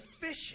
fishing